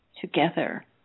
together